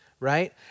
right